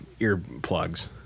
earplugs